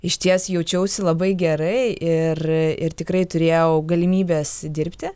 išties jaučiausi labai gerai ir tikrai turėjau galimybes dirbti